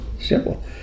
Simple